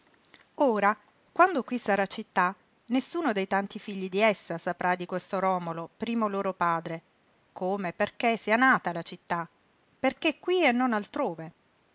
ora quando qui sarà città nessuno dei tanti figli di essa saprà di questo romolo primo loro padre come perché sia nata la città perché qui e non altrove